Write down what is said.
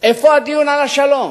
איפה הדיון על השלום?